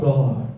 God